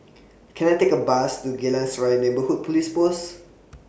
Can I Take A Bus to Geylang Serai Neighbourhood Police Post